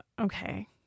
Okay